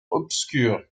obscures